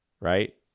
right